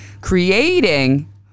creating